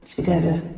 Together